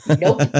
nope